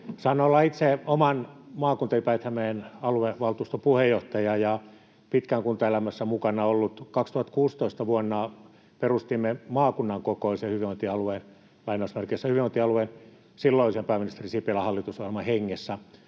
Saan olla itse oman maakuntani Päijät-Hämeen aluevaltuuston puheenjohtaja ja pitkään olen kuntaelämässä mukana ollut. Vuonna 2016 perustimme maakunnan kokoisen ”hyvinvointialueen” silloisen pääministeri Sipilän hallitusohjelman hengessä.